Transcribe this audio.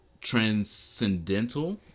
transcendental